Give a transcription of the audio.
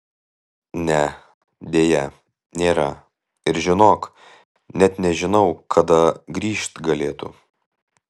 ne deja nėra ir žinok net nežinau kada grįžt galėtų